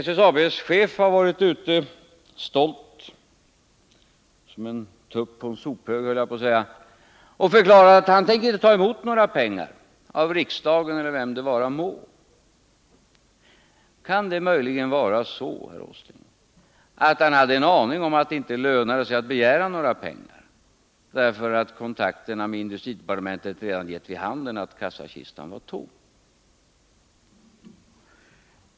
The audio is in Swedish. SSAB:s chef har varit ute — och stått såsom en tupp på en sophög, höll jag Nr 57 på att säga — och förklarat att han inte tänker ta emot några pengar av Tisdagen den riksdagen eller av vem det vara må. Kan det möjligen vara så, herr Åsling, att 18 december 1979 han hade en aning om att det inte lönade sig att begära några pengar, eftersom kontakterna med industridepartementet redan givit vid handen att Om utvecklingen kassakistan var tom?